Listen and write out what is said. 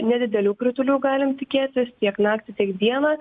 nedidelių kritulių galim tikėtis tiek naktį tiek dieną